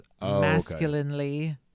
masculinely